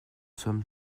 sommes